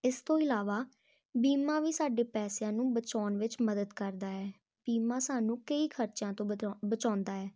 ਇਸ ਤੋਂ ਇਲਾਵਾ ਬੀਮਾ ਵੀ ਸਾਡੇ ਪੈਸਿਆਂ ਨੂੰ ਬਚਾਉਣ ਵਿੱਚ ਮਦਦ ਕਰਦਾ ਹੈ ਬੀਮਾ ਸਾਨੂੰ ਕਈ ਖਰਚਿਆਂ ਤੋਂ ਬਤਾ ਬਚਾਉਂਦਾ ਹੈ